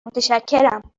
متشکرم